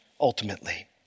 ultimately